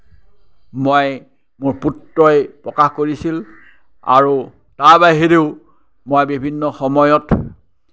মই মোৰ পুত্ৰই প্ৰকাশ কৰিছিল আৰু তাৰ বাহিৰেও মই বিভিন্ন সময়ত